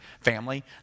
family